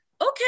okay